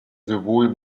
sowohl